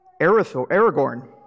Aragorn